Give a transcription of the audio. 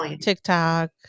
TikTok